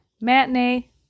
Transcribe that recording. matinee